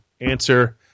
answer